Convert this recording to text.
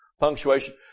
Punctuation